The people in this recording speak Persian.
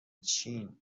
چین